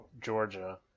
Georgia